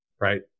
Right